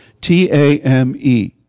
T-A-M-E